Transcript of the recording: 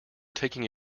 taking